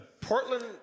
Portland